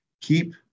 keep